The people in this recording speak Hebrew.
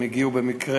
הם הגיעו במקרה